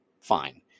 Fine